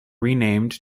renamed